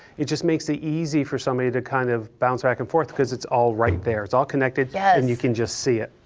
it just makes it easy for somebody to kind of bounce back and forth because it's all right there, it's all connected yeah and you can just see it.